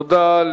תודה.